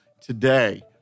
Today